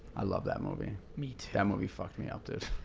i love that movie. me too. that movie fucked me up, dude.